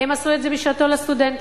הם עשו את זה בשעתם לסטודנטים,